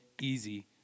easy